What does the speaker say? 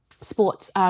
sports –